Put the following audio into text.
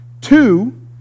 Two